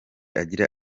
agira